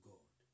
God